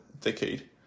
decade